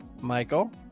Michael